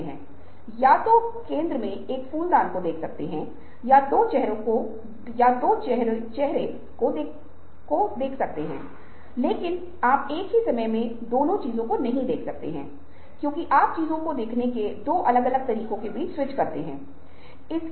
लेकिन जब बुद्धिमान भागफल 120 से अधिक होता है तो रचनात्मकता और बुद्धिमत्ता के बीच संबंध गायब हो जाता है